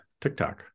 TikTok